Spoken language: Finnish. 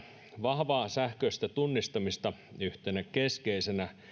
vahvaa sähköistä tunnistamista yhtenä keskeisenä